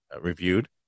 reviewed